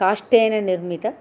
काष्ठेन निर्मित